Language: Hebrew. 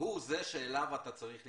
הוא זה שאליו אתה צריך להתייחס.